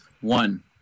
One